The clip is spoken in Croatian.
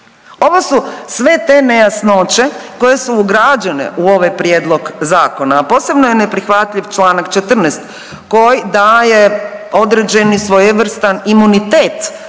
Ovo su sve te nejasnoće koje su ugrađene u ovaj prijedlog zakona, a posebno je neprihvatljiv čl. 14. koji daje određeni svojevrstan imunitet